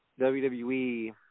WWE